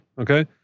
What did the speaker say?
okay